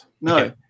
no